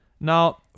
Now